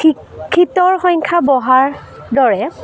শিক্ষিতৰ সংখ্যা বঢ়াৰ দৰে